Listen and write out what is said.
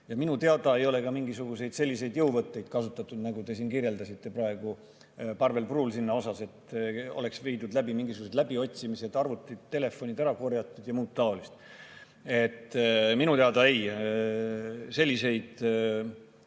Ja minu teada ei ole ka mingisuguseid selliseid jõuvõtteid kasutatud, nagu te kirjeldasite praegu Parvel Pruunsilla näitel, et oleks viidud läbi mingisuguseid läbiotsimised, arvutid ja telefonid ära korjatud ning muud taolist. Minu teada ei ole selliseid